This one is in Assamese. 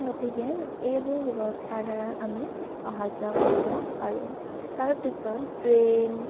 গতিকে এইবোৰ ব্যৱস্থাৰ দ্বাৰা আমি অহা যোৱা কৰিব পাৰোঁ তাৰপিছত ট্ৰেইন